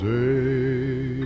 day